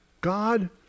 God